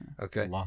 okay